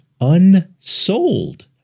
Unsold